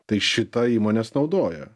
tai šitą įmonės naudoja